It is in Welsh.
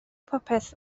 popeth